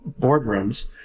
boardrooms